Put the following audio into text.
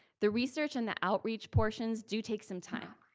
the research and the outreach portions do take some time.